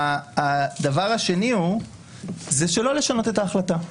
הדבר השני הוא לא לשנות את ההחלטה.